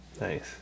Nice